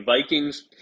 Vikings